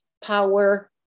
power